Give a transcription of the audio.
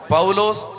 Paulos